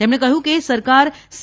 તેમણે કહ્યું કે સરકાર સી